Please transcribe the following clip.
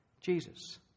Jesus